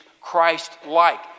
Christ-like